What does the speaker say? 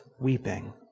weeping